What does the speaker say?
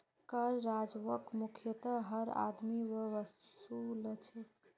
कर राजस्वक मुख्यतयः हर आदमी स वसू ल छेक